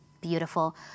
beautiful